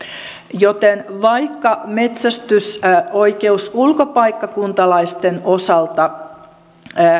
joten vaikka metsästysoikeus ulkopaikkakuntalaisten osalta